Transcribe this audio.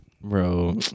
Bro